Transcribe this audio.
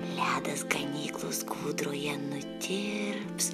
ledas ganyklos kūdroje nutirps